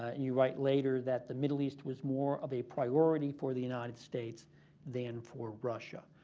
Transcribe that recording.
and you write later that the middle east was more of a priority for the united states than for russia.